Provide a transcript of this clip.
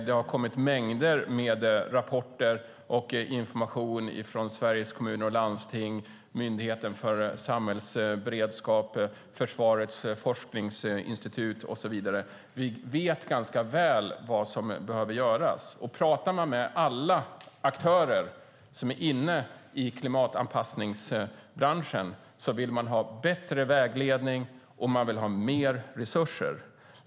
Det har kommit mängder av rapporter och information från Sveriges Kommuner och Landsting, Myndigheten för samhällsskydd och beredskap, Totalförsvarets forskningsinstitut och så vidare. Vi vet ganska väl vad som behöver göras. Pratar man med alla aktörer som är inne i klimatanpassningsbranschen märker man att alla vill ha bättre vägledning och mer resurser.